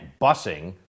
busing